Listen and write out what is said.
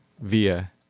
via